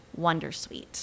wondersuite